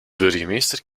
burgemeester